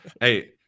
Hey